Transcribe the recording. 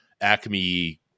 Acme